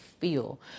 feel